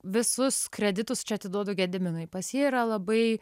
visus kreditus čia atiduodu gediminui pas jį yra labai